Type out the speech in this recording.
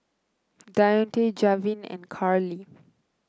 Dionte Javen and Karley